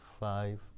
Five